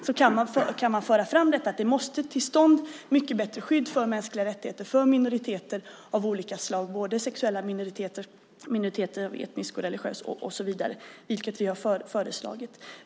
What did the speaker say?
Så man kan föra fram att det måste till stånd mycket bättre skydd för mänskliga rättigheter, för minoriteter av olika slag, både sexuella minoriteter, etniska, religiösa, och så vidare, vilket vi har föreslagit.